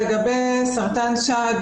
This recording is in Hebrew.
לגבי סרטן שד,